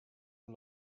are